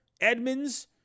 Edmonds